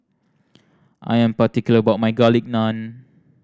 I am particular about my Garlic Naan